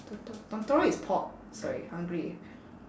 toto~ is pork sorry hungry